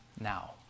now